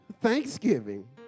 thanksgiving